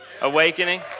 Awakening